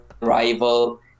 rival